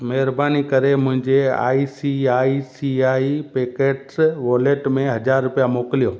महिरबानी करे मुंहिंजे I C I C I pockets wallet में हज़ार रुपिया मोकिलियो